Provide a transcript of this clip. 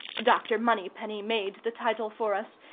dr. moneypenny made the title for us,